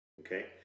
Okay